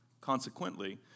Consequently